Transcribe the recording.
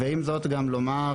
ועם זאת גם לומר,